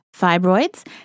fibroids